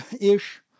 ish